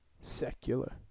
secular